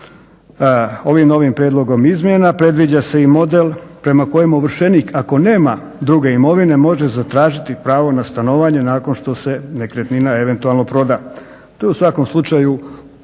Ovim novim prijedlogom izmjena predviđa se i model prema kojemu ovršenik ako nema druge imovine može zatražiti pravo na stanovanje nakon što se nekretnina eventualno proda.